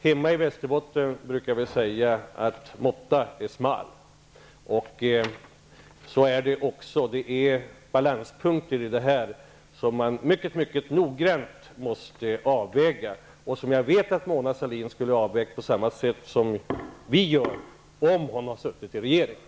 Hemma i Västerbotten brukar vi säga att ''måtta är smal'', och så är det. Här finns balanspunkter som mycket noggrant måste avvägas och som jag vet att Mona Sahlin skulle ha avvägt på samma sätt som vi gör om hon hade suttit i regeringen.